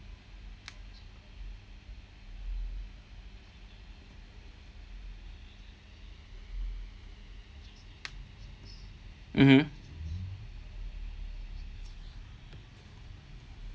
mmhmm